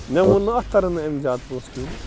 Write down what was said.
مےٚ ووٚن نَہ اَتھ تَرن نہٕ اَمہِ زیادٕ پونٛسہٕ کِہیٖنٛۍ